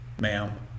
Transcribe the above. ma'am